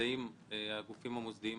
נמצאים הגופים המוסדיים